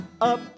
up